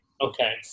okay